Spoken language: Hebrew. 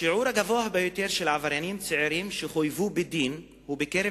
השיעור הגבוה ביותר של עבריינים צעירים שחויבו בדין הוא בקרב